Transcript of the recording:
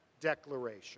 declaration